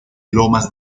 lomas